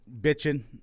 bitching